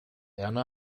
erna